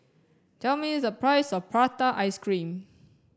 tell me the price of prata ice cream